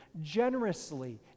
generously